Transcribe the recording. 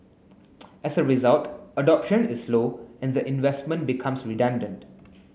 as a result adoption is low and the investment becomes redundant